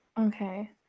okay